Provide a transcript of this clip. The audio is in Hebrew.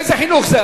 איזה חינוך זה?